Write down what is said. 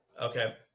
Okay